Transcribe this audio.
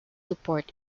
support